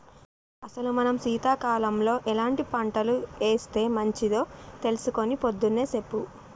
అసలు మనం సీతకాలంలో ఎలాంటి పంటలు ఏస్తే మంచిదో తెలుసుకొని పొద్దున్నే సెప్పు